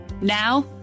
Now